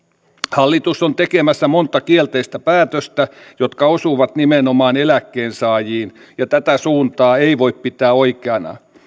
hallitus on tekemässä monta kielteistä päätöstä jotka osuvat nimenomaan eläkkeensaajiin ja tätä suuntaa ei voi pitää oikeana